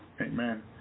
Amen